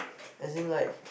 as in like